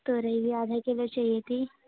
تورئی آدھا کلو چاہیے تھی